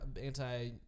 anti